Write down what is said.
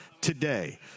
today